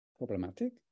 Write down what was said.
problematic